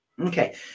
Okay